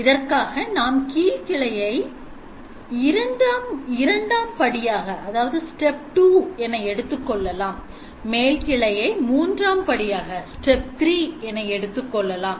இதற்காக நாம் கீழ் கிளையை இரண்டாம் படியாக எடுத்துக்கொள்ளலாம் மேல் கிளையை மூன்றாம் படியாக எடுத்துக்கொள்ளலாம்